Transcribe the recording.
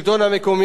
מרכז השלטון המקומי,